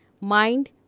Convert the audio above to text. mind